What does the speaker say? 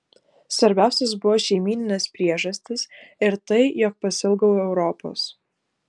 svarbiausios buvo šeimyninės priežastys ir tai jog pasiilgau europos